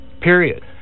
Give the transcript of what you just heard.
Period